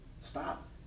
Stop